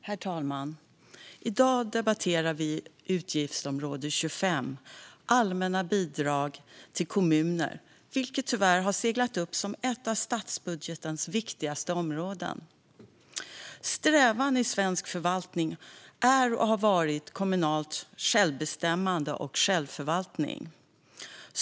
Herr talman! I dag debatterar vi alltså utgiftsområde 25 Allmänna bidrag till kommuner, vilket tyvärr har seglat upp som ett av statsbudgetens viktigaste områden. Strävan i svensk förvaltning är och har varit kommunalt självbestämmande och självförvaltning.